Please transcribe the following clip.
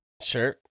Sure